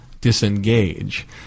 disengage